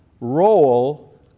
role